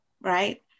right